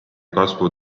kasvu